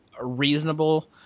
reasonable